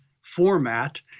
format